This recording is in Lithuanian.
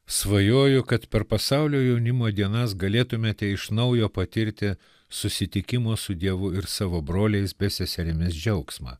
svajoju kad per pasaulio jaunimo dienas galėtumėte iš naujo patirti susitikimo su dievu ir savo broliais bei seserimis džiaugsmą